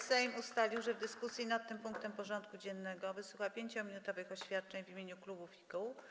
Sejm ustalił, że w dyskusji nad tym punktem porządku dziennego wysłucha 5-minutowych oświadczeń w imieniu klubów i kół.